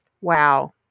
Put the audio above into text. Wow